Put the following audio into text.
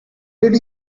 did